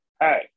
Hey